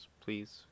please